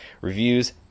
Reviews